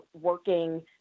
working